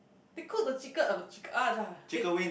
they cook the chicken of a chick ugh ya they